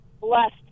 blessed